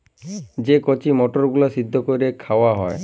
যে কঁচি মটরগুলা সিদ্ধ ক্যইরে খাউয়া হ্যয়